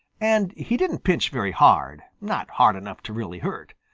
and he didn't pinch very hard, not hard enough to really hurt.